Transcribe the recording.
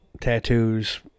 Tattoos